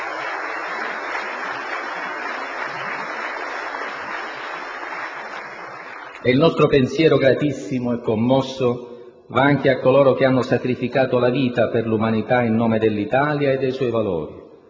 Il nostro pensiero gratissimo e commosso va anche a coloro che hanno sacrificato la vita per l'umanità in nome dell'Italia e dei suoi valori: